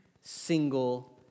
single